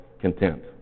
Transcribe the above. content